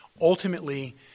Ultimately